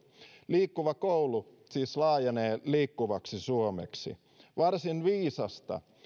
liikkuva koulu siis laajenee liikkuvaksi suomeksi varsin viisasta